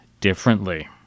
differently